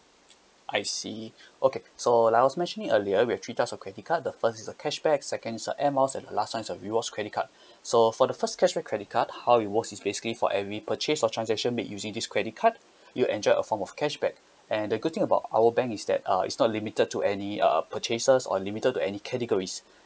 I see okay so like I was mentioning earlier we have three types of credit card the first is a cashback second is a air miles and the last one is a rewards credit card so for the first cashback credit card how it works is basically for every purchase or transaction made using this credit card you enjoy a form of cashback and the good thing about our bank is that uh is not limited to any uh purchases or limited to any categories